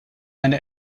eine